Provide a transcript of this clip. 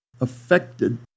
affected